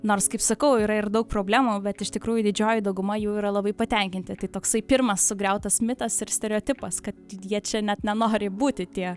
nors kaip sakau yra ir daug problemų bet iš tikrųjų didžioji dauguma jų yra labai patenkinti tai toksai pirmas sugriautas mitas ir stereotipas kad jie čia net nenori būti tie